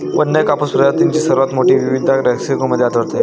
वन्य कापूस प्रजातींची सर्वात मोठी विविधता मेक्सिको मध्ये आढळते